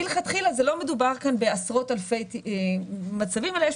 מלכתחילה לא מדובר פה בעשרות אלפי מצבים אלא יש